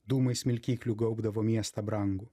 dūmai smilkyklių gaubdavo miestą brangų